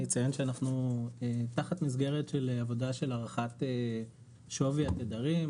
ונציין שאנחנו תחת מסגרת של עבודה של הערכת שווי התדרים,